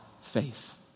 faith